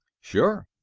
sure.